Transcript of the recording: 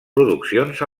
produccions